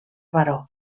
baró